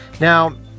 Now